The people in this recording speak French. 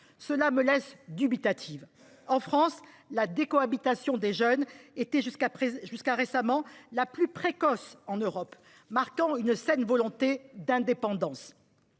Cela me laisse dubitative. En France, la décohabitation des jeunes était jusqu’à récemment la plus précoce en Europe, marquant une saine volonté d’indépendance.